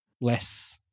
less